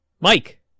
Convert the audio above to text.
Mike